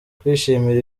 kwishimira